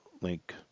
link